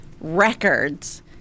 records